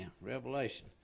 Revelation